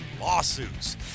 lawsuits